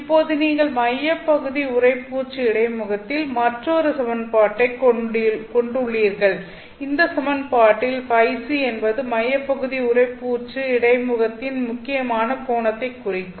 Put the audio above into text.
இப்போது நீங்கள் மையப்பகுதி உறைப்பூச்சு இடைமுகத்தில் மற்றொரு சமன்பாட்டைக் கொண்டுள்ளீர்கள் இந்த சமன்பாட்டில் Øc என்பது மையப்பகுதி உறைப்பூச்சு இடை முகத்தின் முக்கியமான கோணத்தை குறிக்கும்